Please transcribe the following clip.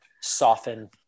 soften